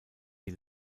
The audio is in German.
die